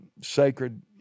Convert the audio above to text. sacred